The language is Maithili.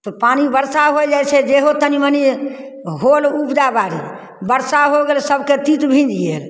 तऽ पानी वर्षा होइ जाइ छै जेहो तनि मनि होल उपजाबाड़ी वर्षा हो गेल सबके तीत भीजि गेल